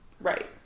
right